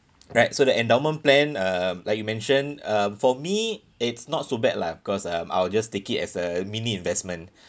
right so the endowment plan uh like you mentioned uh for me it's not so bad lah cause um I will just take it as a mini investment